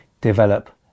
develop